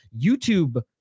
YouTube